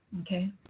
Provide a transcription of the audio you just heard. Okay